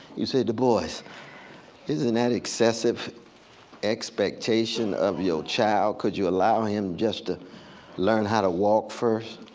you say du bois isn't that excessive expectation of your child? could you allow him just to learn how to walk first?